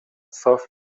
صاف